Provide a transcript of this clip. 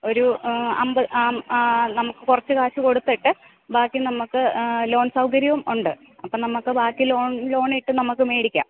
ഒരു അമ്പത് അം നമുക്കു കുറച്ച് കാശു കൊടുത്തിട്ട് ബാക്കി നമ്മള്ക്ക് ലോൺ സൗകര്യവും ഉണ്ട് അപ്പോള് നമുക്ക് ബാക്കി ലോൺ ലോണിട്ട് നമുക്ക് മേടിക്കാം